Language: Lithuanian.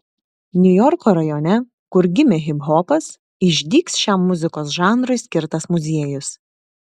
niujorko rajone kur gimė hiphopas išdygs šiam muzikos žanrui skirtas muziejus